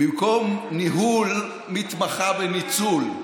במקום ניהול היא מתמחה בניצול,